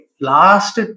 Last